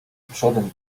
przodem